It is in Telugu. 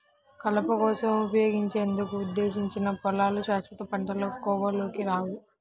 కలప కోసం ఉపయోగించేందుకు ఉద్దేశించిన పొలాలు శాశ్వత పంటల కోవలోకి రావు